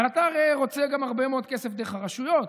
אבל אתה הרי רוצה גם הרבה מאוד כסף דרך הרשויות,